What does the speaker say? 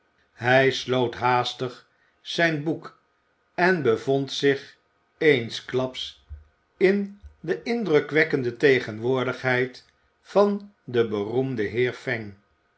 hij sloot haastig zijn boek en bevond zich eensklaps in de indrukwekkende tegenwoordigheid van den beroemden heer